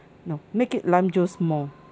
no make it lime juice more